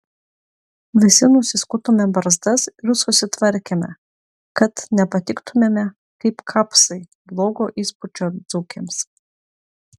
visi nusiskutome barzdas ir susitvarkėme kad nepatiktumėme kaip kapsai blogo įspūdžio dzūkėms